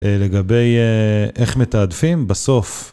לגבי איך מתעדפים? בסוף